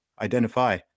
identify